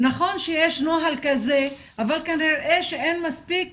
נכון שיש נוהל כזה, אבל כנראה שאין מספיק